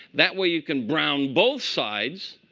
that way, you can brown both sides,